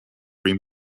free